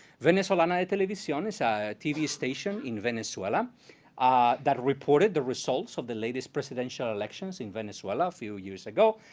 venezolana television is ah a tv station in venezuela ah that reported the results of the latest presidential elections in venezuela a few years ago.